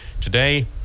today